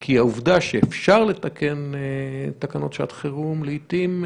כי העובדה שאפשר לתקן תקנות חירום, לעיתים,